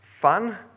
fun